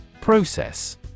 Process